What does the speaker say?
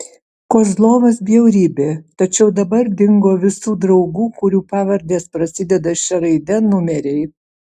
kozlovas bjaurybė tačiau dabar dingo visų draugų kurių pavardės prasideda šia raide numeriai